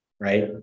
right